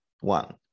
one